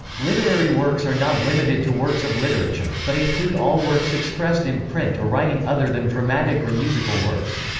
literary works are not limited to works of literature, but include all works expressed in print or writing other than dramatic or musical works.